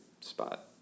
spot